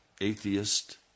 atheist